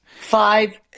Five